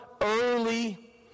early